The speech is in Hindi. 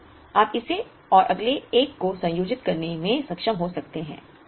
आप इसे और अगले एक को संयोजित करने में सक्षम हो सकते हैं